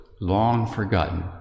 long-forgotten